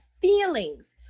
feelings